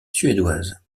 suédoise